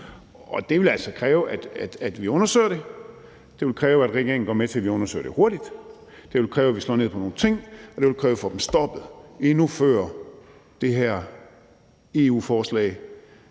det vil altså kræve, at vi undersøger det. Det vil kræve, at regeringen går med til, at vi undersøger det hurtigt, det vil kræve, at vi slår ned på nogle ting, og det vil kræve, at vi får dem stoppet, endnu før det her EU-forslag,